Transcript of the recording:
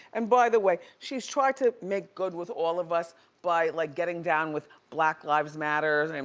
and by the way, she's tried to make good with all of us by like getting down with black lives matter. and